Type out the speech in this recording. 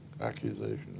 accusation